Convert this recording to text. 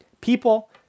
people